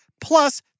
plus